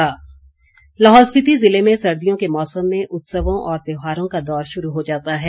हालड़ा उत्सव लाहौल स्पीति जिले में सर्दियों के मौसम में उत्सवों और त्योहारों का दौर शुरू हो जाता है